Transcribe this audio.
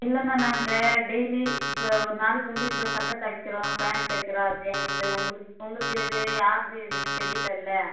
இல்லைண்ணா நாங்கள் டெய்லி இப்போ ஒரு நாளைக்கு வந்து இவ்வளோ சட்டை தைக்கிறோம் பேண்ட் தைக்கிறோம் அதிலே எங்களுக்கு எப்படி உங்களுக்கு உங்களது எது யாருது எதுன்னு தெரியலல்ல